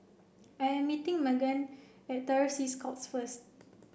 I am meeting Meghan at Terror Sea Scouts first